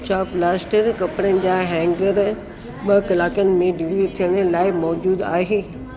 छा लाप्लास्ट कपड़नि जा हैंगर ॿ कलाकनि में डिलीवर थियण लाइ मौजूदु आहे